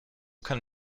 kann